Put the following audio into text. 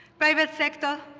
private sector,